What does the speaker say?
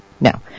No